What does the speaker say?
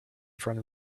front